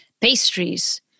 pastries